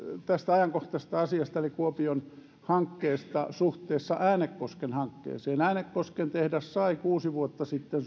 tästä ajankohtaisesta asiasta eli kuopion hankkeesta suhteessa äänekosken hankkeeseen äänekosken tehdas sai suurin piirtein kuusi vuotta sitten